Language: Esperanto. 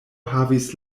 havis